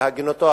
בהגינותו,